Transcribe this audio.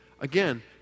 again